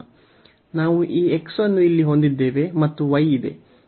ನಾವು ಈ x ಅನ್ನು ಇಲ್ಲಿ ಹೊಂದಿದ್ದೇವೆ ಮತ್ತು y ಇದೆ